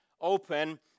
open